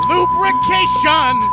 Lubrication